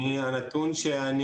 הנתון שאני